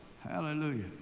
Hallelujah